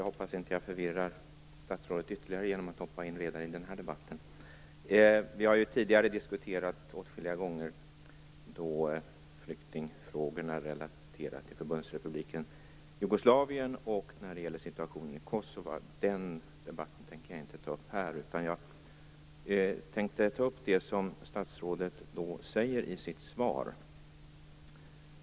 Herr talman! Vi har tidigare åtskilliga gånger diskuterat flyktingfrågorna relaterade till Förbundsrepubliken Jugoslavien och situationen i Kosova. Den debatten tänker jag inte ta upp här. Jag tänkte ta upp det som statsrådet säger i sitt svar.